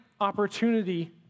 opportunity